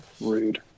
Rude